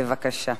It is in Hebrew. בבקשה.